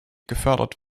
gefördert